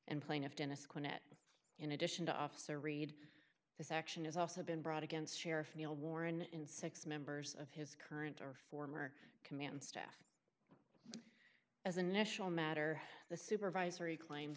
and plaintiff dennis quintet in addition to officer read this action has also been brought against sheriff neil warren in six members of his current or former command staff as a national matter the supervisory claims